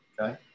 Okay